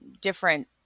different